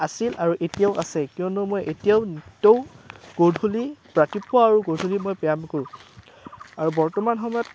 আছিল আৰু এতিয়াও আছে কিয়নো মই এতিয়াও নিতৌ গধূলি ৰাতিপুৱা আৰু গধূলি মই ব্যায়াম কৰোঁ আৰু বৰ্তমান সময়ত